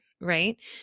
right